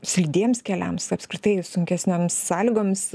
slidiems keliams apskritai sunkesnėms sąlygomis